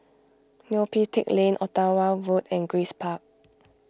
Neo Pee Teck Lane Ottawa Road and Grace Park